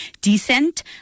descent